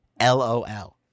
LOL